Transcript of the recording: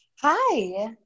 Hi